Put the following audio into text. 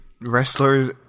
wrestlers